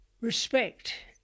respect